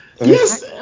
Yes